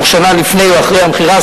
בתוך שנה לפני או אחרי המכירה,